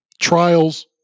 trials